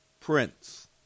Prince